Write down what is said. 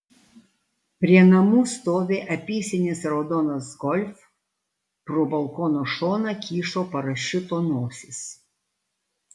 prie namų stovi apysenis raudonas golf pro balkono šoną kyšo parašiuto nosis